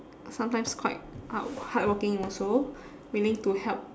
sometimes quite hard~ hardworking also willing to help